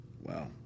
Wow